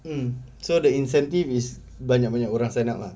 mm so the incentive is banyak banyak orang sign up lah